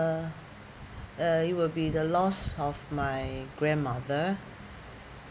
it will be the loss of my grandmother